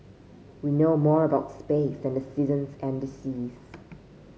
we know more about space than the seasons and the seas